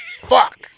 Fuck